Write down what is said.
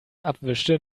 abwischte